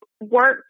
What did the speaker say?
work